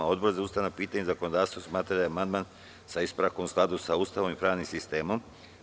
Odbor za ustavna pitanja i zakonodavstvo smatra da je amandman sa ispravkom u skladu sa Ustavom i pravnim sistemom.